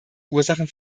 ursachen